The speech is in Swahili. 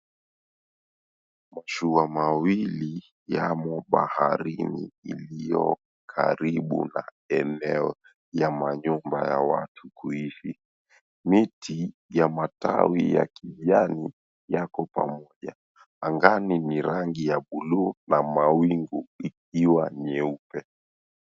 Mashua mawili yamo baharini iliyo karibu na eneo ya manyumba ya watu kuishi. Miti ya matawi ya kijani yako pamoja. Angani ni rangi ya buluu na mawingu ikiwa nyeupe.